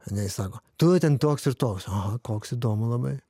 ane jis sako tu ten toks ir toks aha koks įdomu labai